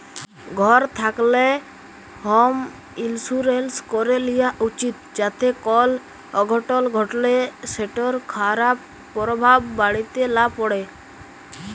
ঘর থ্যাকলে হম ইলসুরেলস ক্যরে লিয়া উচিত যাতে কল অঘটল ঘটলে সেটর খারাপ পরভাব বাড়িতে লা প্যড়ে